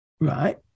Right